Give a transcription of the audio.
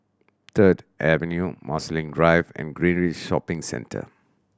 Third Avenue Marsiling Drive and Greenridge Shopping Centre